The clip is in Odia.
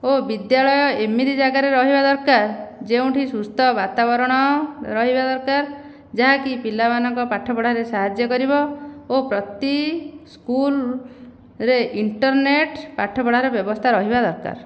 ଓ ବିଦ୍ୟାଳୟ ଏମିତି ଜାଗାରେ ରହିବା ଦରକାର ଯେଉଁଠି ସୁସ୍ଥ ବାତାବରଣ ରହିବା ଦରକାର ଯାହାକି ପିଲାମାନଙ୍କ ପାଠପଢ଼ାରେ ସାହାଯ୍ୟ କରିବ ଓ ପ୍ରତି ସ୍କୁଲରେ ଇଣ୍ଟର୍ନେଟ ପାଠପଢ଼ାର ବ୍ୟବସ୍ଥା ରହିବା ଦରକାର